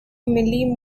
millie